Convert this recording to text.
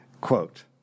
quote